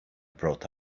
brought